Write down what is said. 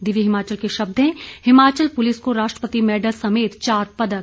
दिव्य हिमाचल के शब्द हैं हिमाचल पुलिस को राष्ट्रपति मेडल समेत चार पदक